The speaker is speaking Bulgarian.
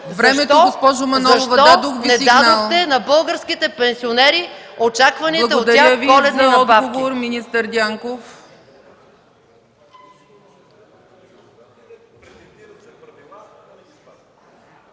...защо не дадохте на българските пенсионери очакваните от тях коледни надбавки?